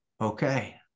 okay